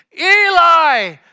Eli